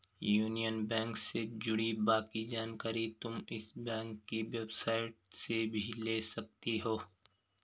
union Bank से जुड़ी बाकी जानकारी तुम इस बैंक की वेबसाईट से भी ले सकती हो